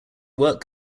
work